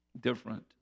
Different